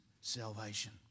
salvation